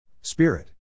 Spirit